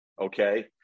okay